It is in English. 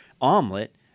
omelet